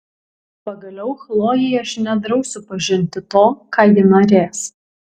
pagaliau chlojei aš nedrausiu pažinti to ką ji norės